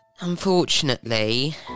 Unfortunately